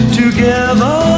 together